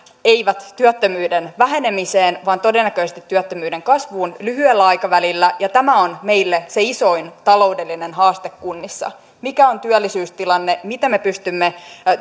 ei työttömyyden vähenemiseen vaan todennäköisesti työttömyyden kasvuun lyhyellä aikavälillä ja tämä on meille se isoin taloudellinen haaste kunnissa mikä on työllisyystilanne miten me pystymme